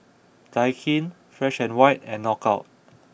Daikin Fresh and White and Knockout